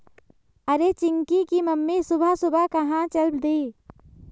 अरे चिंकी की मम्मी सुबह सुबह कहां चल दी?